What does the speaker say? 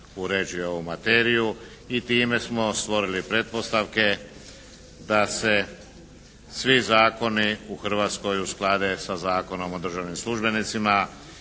uređuje ovu materiju i time smo stvorili pretpostavke da se svi zakoni u Hrvatskoj usklade sa Zakonom o državnim službenicima